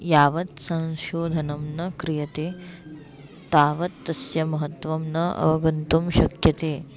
यावत् संशोधनं न क्रियते तावत् तस्य महत्वं न अवगन्तुं शक्यते